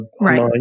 right